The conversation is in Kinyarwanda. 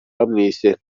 bamwise